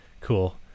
cool